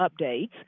updates